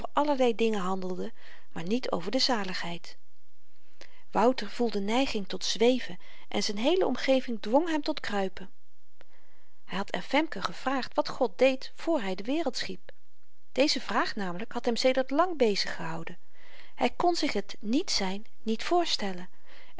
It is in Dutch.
allerlei dingen handelden maar niet over de zaligheid wouter voelde neiging tot zweven en z'n heele omgeving dwong hem tot kruipen hy had aan femke gevraagd wat god deed voor hy de wereld schiep deze vraag namelyk had hem sedert lang beziggehouden hy kon zich t niet zyn niet voorstellen